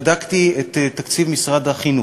בדקתי את תקציב משרד החינוך.